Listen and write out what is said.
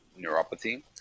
neuropathy